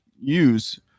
use